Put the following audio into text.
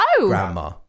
grandma